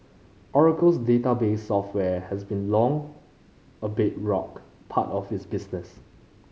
oracle's database software has long been a bedrock part of its business